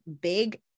big